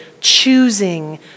choosing